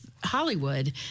Hollywood